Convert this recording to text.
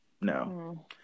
no